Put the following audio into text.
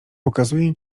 pokazuję